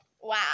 Wow